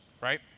right